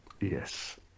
Yes